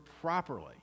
properly